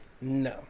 No